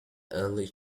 early